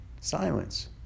Silence